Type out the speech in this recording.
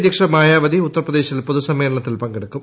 അധ്യക്ഷ മായാവതി ഉത്തർപ്രദേശിൽ പൊതു സമ്മേളനത്തിൽ പങ്കെടുക്കും